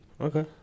Okay